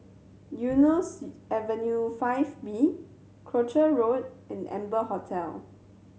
Eunos Avenue Five B Croucher Road and Amber Hotel